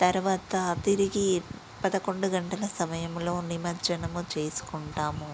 తర్వాత తిరిగి పదకొండు గంటల సమయంలో నిమజ్జనం చేసుకుంటాము